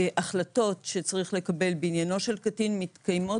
והחלטות שצריך לקבל בעניינו של קטין מתקיימות